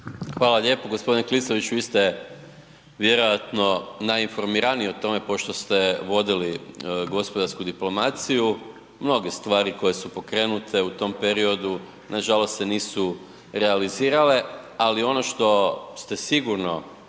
Hvala lijepo. G. Klisović, vi ste vjerojatno najinformiraniji o tome pošto ste vodili gospodarsku diplomaciju, mnoge stvari koje su pokrenute u tom periodu nažalost se nisu realizirale ali ono što ste sigurno